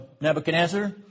Nebuchadnezzar